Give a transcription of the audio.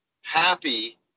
happy